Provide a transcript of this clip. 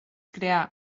creà